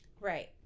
Right